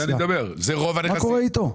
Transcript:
מה קורה איתו?